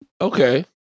okay